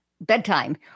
bedtime